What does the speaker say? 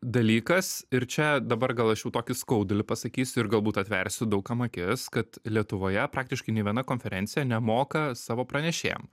dalykas ir čia dabar gal aš jau tokį skaudulį pasakysiu ir galbūt atversiu daug kam akis kad lietuvoje praktiškai nei viena konferencija nemoka savo pranešėjam